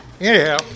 Anyhow